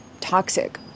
toxic